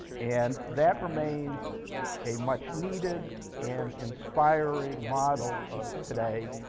and that remains a much needed and inspiring model today.